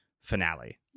finale